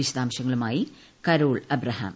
വിശദാംശങ്ങളുമായി കരോൾ എബ്രഹാം